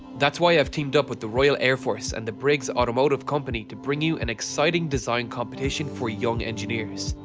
that's why i have teamed up with the royal air force and the briggs automotive company to bring you an exciting design competition for young engineers.